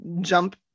jump